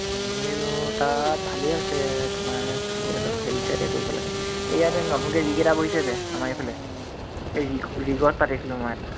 তাত ভালেই আছে তোমাৰ খালী অলপ হেৰি ছাইডে কৰিব লাগে এই ইয়াতে এই নতুনকৈ ৰিগ এটা বহিছে যে আমাৰ এইফালে এই ৰি ৰিগত পাতিছিলোঁ মই এটা